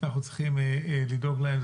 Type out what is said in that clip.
אנחנו צריכים לדאוג להם.